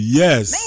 yes